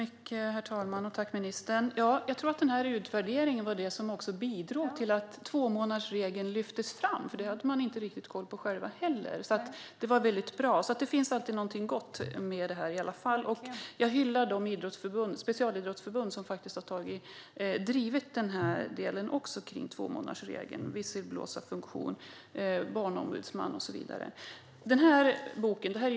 Herr talman! Tack, ministern! Jag tror att utvärderingen bidrog till att tvåmånadersregeln lyftes fram, för man hade nog inte riktigt koll på den själv. Det var väldigt bra. Det finns alltså något gott med detta i alla fall. Jag hyllar de specialidrottsförbund som också har drivit detta med tvåmånadersregeln, visselblåsarfunktion, barnombudsman och så vidare.